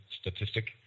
statistic